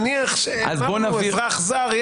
אבל, נו מילא, נניח שאמרנו אזרח זר.